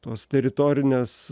tos teritorinės